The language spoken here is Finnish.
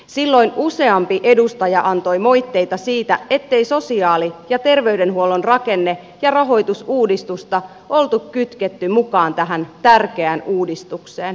silloin useampi edustaja antoi moitteita siitä ettei sosiaali ja terveydenhuollon rakenne ja rahoitusuudistusta ollut kytketty mukaan tähän tärkeään uudistukseen